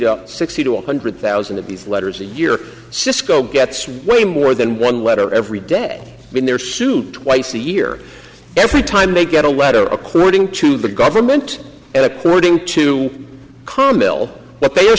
to sixty to one hundred thousand of these letters a year cisco gets way more than one letter every day in their suit twice a year every time they get a letter according to the government and the wording to comment that they are